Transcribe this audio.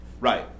Right